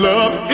Love